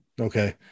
okay